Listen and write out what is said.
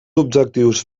objectius